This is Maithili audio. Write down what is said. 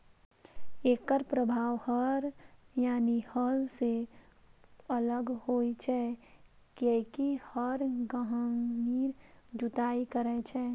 एकर प्रभाव हर यानी हल सं अलग होइ छै, कियैकि हर गहींर जुताइ करै छै